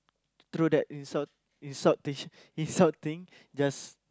throw that insult insultation insulting just